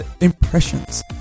impressions